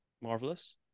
marvelous